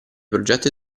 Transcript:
progetto